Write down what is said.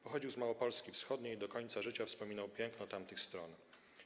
Pochodził z Małopolski Wschodniej i do końca życia wspominał piękno tamtych stron.